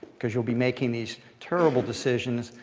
because you'll be making these terrible decisions.